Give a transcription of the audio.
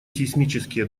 сейсмические